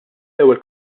ewwel